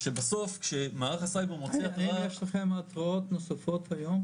שבסוף כשמערך הסייבר מוצא התראה -- האם יש לכם התראות נוספות היום?